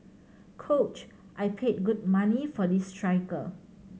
coach I paid good money for this striker